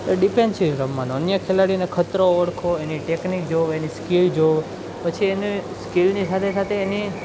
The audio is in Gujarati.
એ ડિફેન્સીવ રમવાનો અન્ય ખેલાડીને ખતરો ઓળખો એની ટેકનિક જોવો એની સ્કિલ જોવો પછી એની સ્કિલની સાથે સાથે એની